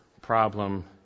problem